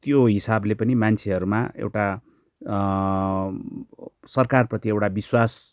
त्यो हिसाबले पनि मान्छेहरूमा एउटा सरकारप्रति त्यो एउटा विश्वास